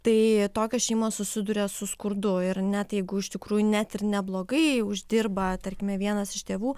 tai tokios šeimos susiduria su skurdu ir net jeigu iš tikrųjų net ir neblogai uždirba tarkime vienas iš tėvų